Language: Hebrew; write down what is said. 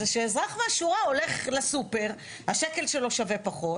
אלא גם כשאזרח מן השורה הולך לסופר השקל שלו שווה פחות.